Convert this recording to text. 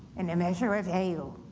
and a measure of ale.